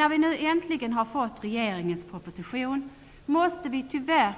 När vi nu äntligen har fått regeringens proposition, måste vi tyvärr